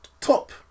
top